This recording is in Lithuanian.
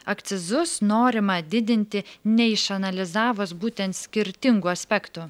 akcizus norima didinti neišanalizavus būtent skirtingų aspektų